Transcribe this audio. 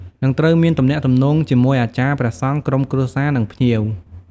និងត្រូវមានទំនាក់ទំនងជាមួយអាចារ្យ ព្រះសង្ឃ ក្រុមគ្រួសារ និងភ្ញៀវ។